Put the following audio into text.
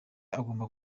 agomba